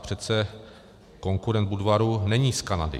Přece konkurent Budvaru není z Kanady.